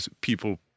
people